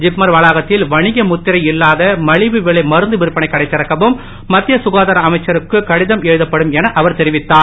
ஜிப்மர் வளாகத்தில் வணிக முத்திரை இல்லாத மலிவு விலை மருந்து விற்பனை கடை திறக்கவும் மத்திய ககாதார அமைச்சருக்கும் கடிதம் எழுதப்படும் என அவர் தெரிவித்தார்